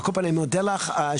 על כל פנים, אני מודה לך שהגעת.